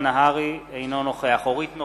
אינו נוכח אורית נוקד,